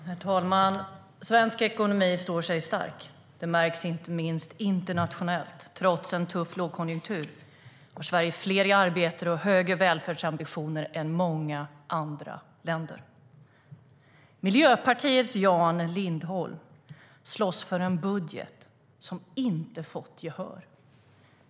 Herr talman! Svensk ekonomi står stark. Det märks inte minst internationellt trots en tuff lågkonjunktur, där Sverige har fler i arbete och högre välfärdsambitioner än många andra länder. Miljöpartiets Jan Lindholm slåss för en budget som inte fått gehör.